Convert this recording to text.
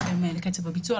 בהתאם לקצב הביצוע,